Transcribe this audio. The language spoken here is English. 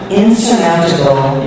insurmountable